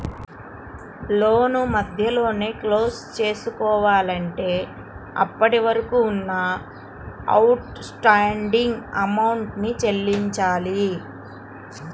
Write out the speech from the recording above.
లోను మధ్యలోనే క్లోజ్ చేసుకోవాలంటే అప్పటివరకు ఉన్న అవుట్ స్టాండింగ్ అమౌంట్ ని చెల్లించాలి